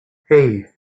hey